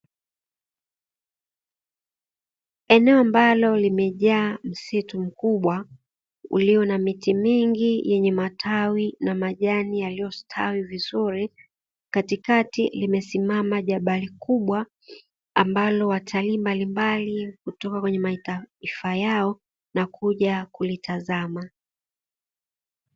Eneo ambalo limejaa msitu mkubwa ulio na miti mingi, yenye matawi na majani yaliyostawi vizuri katikati limesimama jabali kubwa, ambalo watalii mbalimbali hutoka kwenye mataifa yao na kuja kulitazama.